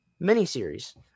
miniseries